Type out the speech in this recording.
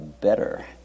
better